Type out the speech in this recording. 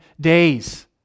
days